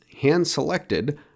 hand-selected